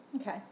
Okay